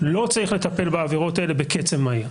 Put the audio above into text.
לא צריך לטפל בעבירות האלה בקצב מהיר.